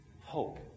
hope